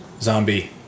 zombie